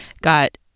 got